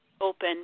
open